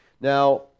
Now